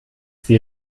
sie